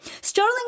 Sterling